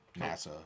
NASA